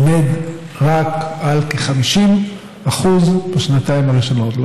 עומד רק על כ-50% בשנתיים הראשונות,